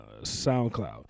SoundCloud